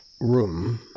room